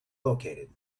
located